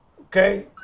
Okay